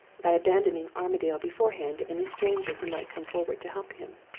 by abandoning armadale beforehand to any stranger who might come forward to help him.